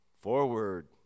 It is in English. forward